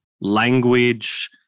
language